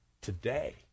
Today